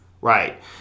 Right